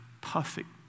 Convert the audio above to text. perfect